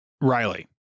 Riley